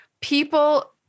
people